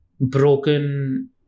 broken